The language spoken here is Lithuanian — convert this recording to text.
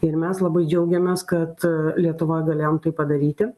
ir mes labai džiaugiamės kad lietuvoj galėjom tai padaryti